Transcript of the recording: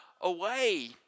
away